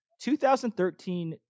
2013